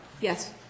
Yes